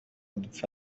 dupfa